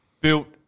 built